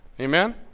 Amen